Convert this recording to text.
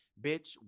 bitch